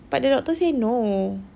but the doctor say no